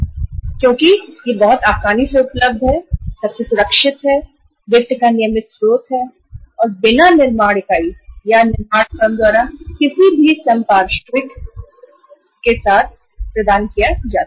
इसका कारण यह है कि यह बहुत ही आसानी से उपलब्ध हो जाता है बहुत सुरक्षित है वित्त का नियमित स्रोत है और इस पर किसी प्रकार की संपार्श्विक सुरक्षा की आवश्यकता भी नहीं है